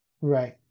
Right